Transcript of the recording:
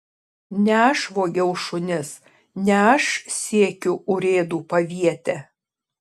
ne aš vogiau šunis ne aš siekiu urėdų paviete